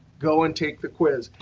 go and take the quiz.